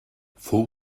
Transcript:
fou